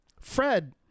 Fred